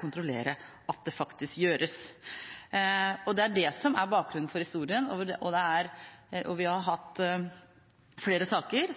kontrollere at det faktisk gjøres. Det er det som er bakgrunnen for historien. Vi har hatt flere saker